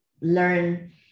learn